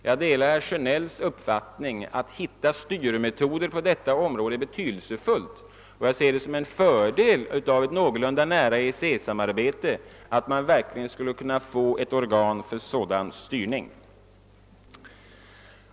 Jag delar herr Sjönells uppfattning att det är betydelsefullt att hitta styrmetoder på detta område, och jag ser det som en fördel med ett någorlunda nära EEC-samarbete att man verkligen får ett organ för sådan styrning.